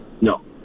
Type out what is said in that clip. No